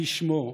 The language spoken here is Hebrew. כשמו,